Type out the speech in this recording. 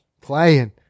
playing